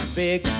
big